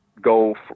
go